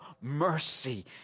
mercy